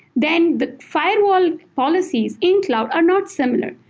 then the firewall policies in cloud are not similar.